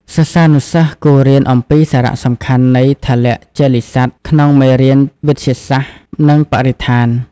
សិស្សានុសិស្សគួររៀនអំពីសារៈសំខាន់នៃ "ថលជលិកសត្វ" ក្នុងមេរៀនវិទ្យាសាស្ត្រ និងបរិស្ថាន។